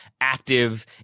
active